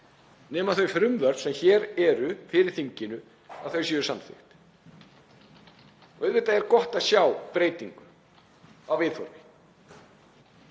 nema þau frumvörp sem hér eru fyrir þinginu séu samþykkt. Auðvitað er gott að sjá breytingu á viðhorfi,